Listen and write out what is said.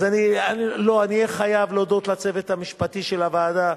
אני אהיה חייב להודות לצוות המשפטי של הוועדה,